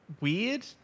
weird